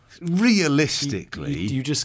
realistically